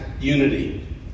unity